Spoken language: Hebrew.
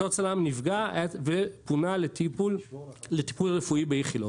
אותו צלם נפגע ופונה לטיפול רפואי באיכילוב.